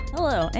Hello